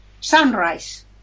Sunrise